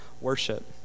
worship